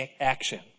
action